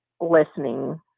listening